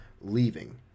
leaving